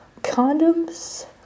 Condoms